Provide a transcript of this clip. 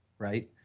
right?